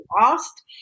lost